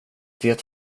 det